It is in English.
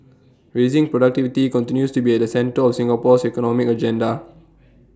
raising productivity continues to be at the centre of Singapore's economic agenda